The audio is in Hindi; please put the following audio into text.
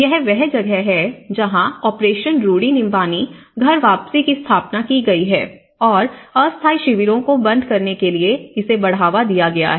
यह वह जगह है जहां ऑपरेशन रूडी निंबानी घर वापसी की स्थापना की गई है और अस्थायी शिविरों को बंद करने के लिए इसे बढ़ावा दिया गया है